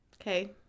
Okay